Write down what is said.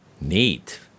Neat